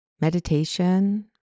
meditation